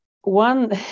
one